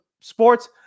Sports